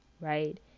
right